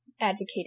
advocated